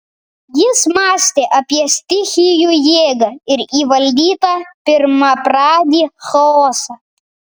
jis mąstė apie stichijų jėgą ir įvaldytą pirmapradį chaosą